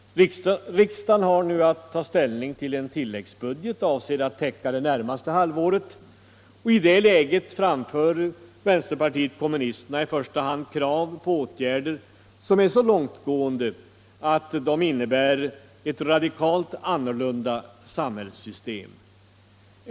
Riksdagen har nu att ta ställning till en tilläggsbudget, avsedd att täcka det närmaste halvåret. I det läget framför vänsterpartiet kommunisterna i första hand krav på åtgärder som är så långtgående att de innebär ett radikalt annorlunda samhällssystem.